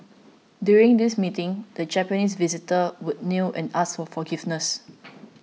during these meetings the Japanese visitors would kneel and ask for forgiveness